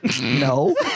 no